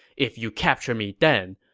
if you capture me then,